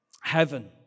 Heaven